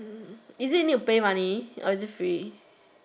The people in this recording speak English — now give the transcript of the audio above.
mm is it need to pay money or is it free